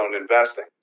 investing